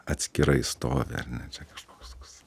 atskirai stovi ar ne čua kažkoks toks